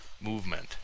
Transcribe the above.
Movement